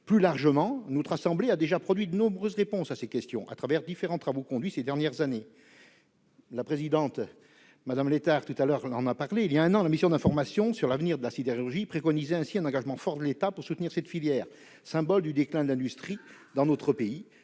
Plus largement, notre assemblée a déjà produit de nombreuses réponses à ces questions, à travers différents travaux conduits ces dernières années. Mme Létard l'a mentionné : voilà un an, la mission d'information sur l'avenir de la sidérurgie préconisait un engagement fort de l'État pour soutenir cette filière, symbolique du déclin de l'industrie dans notre pays,